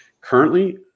Currently